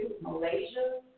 Malaysia